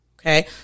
Okay